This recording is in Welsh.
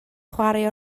chwarae